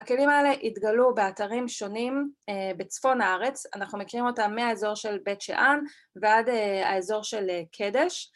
‫הכלים האלה התגלו באתרים שונים ‫בצפון הארץ. ‫אנחנו מכירים אותם מהאזור של בית שאן ‫ועד האזור של קדש.